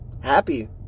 happy